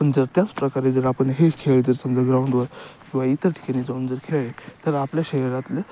पण जर त्याचप्रकारे जर आपण हे खेळ जर समजा ग्राउंडवर किंवा इतर ठिकाणी जाऊन जर खेळले तर आपल्या शरीरातले